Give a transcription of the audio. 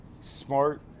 smart